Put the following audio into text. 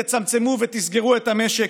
אתם תסגרו ותצמצמו את המשק,